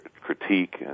critique